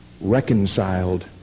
reconciled